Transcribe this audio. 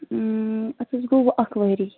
اتھ حظ گوٚو اکھ ؤری